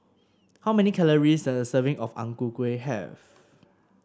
how many calories does a serving of Ang Ku Kueh have